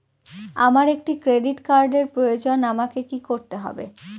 আমার একটি ক্রেডিট কার্ডের প্রয়োজন আমাকে কি করতে হবে?